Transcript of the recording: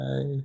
Bye